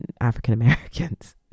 African-Americans